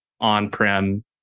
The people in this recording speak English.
on-prem